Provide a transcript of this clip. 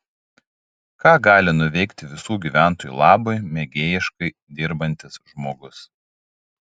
ką gali nuveikti visų gyventojų labui mėgėjiškai dirbantis žmogus